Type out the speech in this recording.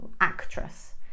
actress